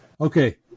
Okay